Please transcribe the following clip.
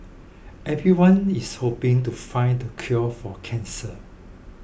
everyone is hoping to find the cure for cancer